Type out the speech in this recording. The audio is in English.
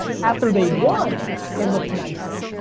after they won it look nicer.